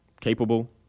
capable